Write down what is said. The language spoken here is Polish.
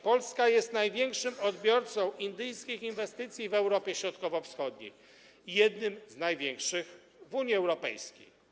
Polska jest największym odbiorcą indyjskich inwestycji w Europie Środkowo-Wschodniej i jednym z największych w Unii Europejskiej.